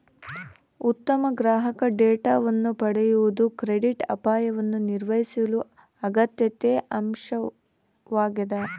ಉತ್ತಮ ಗ್ರಾಹಕ ಡೇಟಾವನ್ನು ಪಡೆಯುವುದು ಕ್ರೆಡಿಟ್ ಅಪಾಯವನ್ನು ನಿರ್ವಹಿಸಲು ಅತ್ಯಗತ್ಯ ಅಂಶವಾಗ್ಯದ